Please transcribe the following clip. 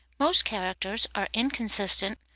most characters are inconsistent,